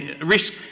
risk